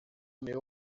meu